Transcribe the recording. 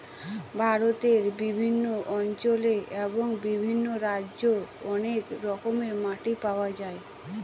ভারতের বিভিন্ন অঞ্চলে এবং বিভিন্ন রাজ্যে অনেক রকমের মাটি পাওয়া যায়